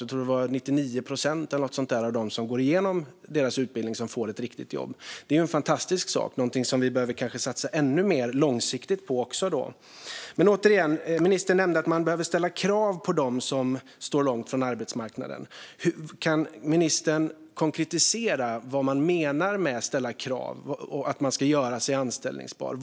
Jag tror att det är 99 procent eller någonting sådant av dem som går igenom deras utbildning som får ett riktigt jobb. Det är en fantastisk sak och någonting som vi kanske behöver satsa ännu mer på långsiktigt. Ministern nämnde att man behöver ställa krav på dem som står långt ifrån arbetsmarknaden. Kan ministern konkretisera vad som menas med att man ska ställa krav och att människor ska göra sig anställbara?